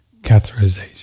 catheterization